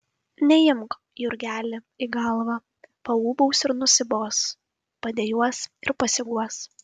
neimk jurgeli į galvą paūbaus ir nusibos padejuos ir pasiguos